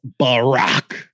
Barack